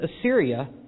Assyria